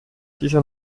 dieser